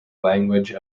language